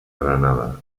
granada